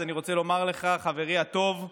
אז אני רוצה לומר לך, חברי הטוב,